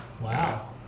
Wow